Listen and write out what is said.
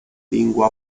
lingua